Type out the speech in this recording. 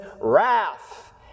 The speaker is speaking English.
wrath